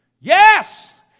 Yes